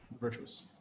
Virtuous